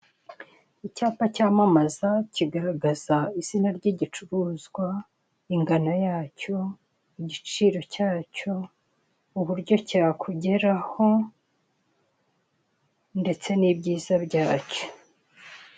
Icyapa cyamamaza kigaragaza izina ry'igicuruzwa, ingano yacyo, igiciro cyacyo, uburyo cyakugeraho ndetse n'ibyiza byacyo.